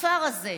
בכפר הזה'.